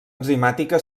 enzimàtica